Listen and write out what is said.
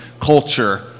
culture